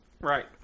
Right